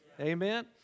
Amen